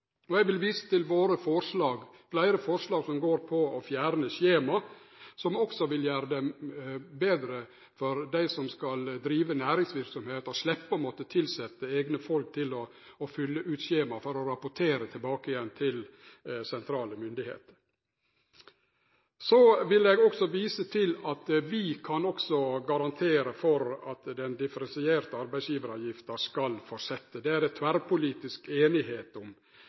Og eg vil vise til våre forslag – fleire forslag som går på å fjerne skjema – som også vil gjere det betre for dei som skal drive næringsverksemd ved at dei slepp å måtte tilsette eigne folk til å fylle ut skjema for å rapportere tilbake igjen til sentrale myndigheiter. Så vil eg også vise til at vi kan garantere for at den differensierte arbeidsgjevaravgifta skal halde fram. Det er det tverrpolitisk einigheit om,